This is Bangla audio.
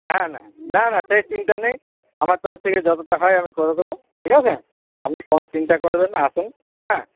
হ্যাঁ না না না সে চিন্তা নেই আমার তরফ থেকে যতটা হয় আমি করে দেব ঠিক আছে আপনি কোনো চিন্তা করবেন না আসুন হ্যাঁ